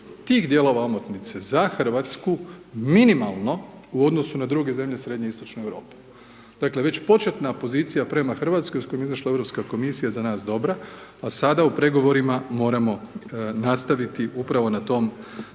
tih dijelova omotnice za Hrvatsku, minimalno u odnosu na druge zemlje srednjoistočne Europe. Dakle, već početna pozicija prema Hrvatskoj, koja je izašla Europska komisija je za nas dobra, a sada u pregovorima moramo nastaviti upravo na tom